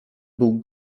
był